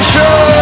Show